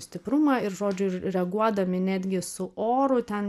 stiprumą ir žodžiu reaguodami netgi su oru ten